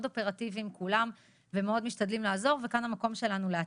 אופרטיביים כולם ומאוד משתדלים לעזור וכאן זה המקום שלנו לעזור.